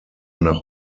nach